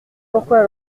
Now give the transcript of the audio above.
pourquoi